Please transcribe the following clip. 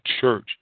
church